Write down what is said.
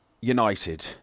United